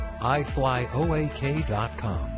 iflyoak.com